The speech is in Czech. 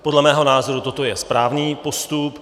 Podle mého názoru toto je správný postup.